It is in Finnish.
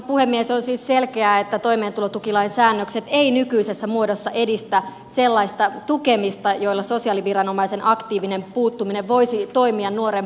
on siis selkeää että toimeentulotukilain säännökset eivät nykyisessä muodossa edistä sellaista tukemista jolla sosiaaliviranomaisen aktiivinen puuttuminen voisi toimia nuoren parhaaksi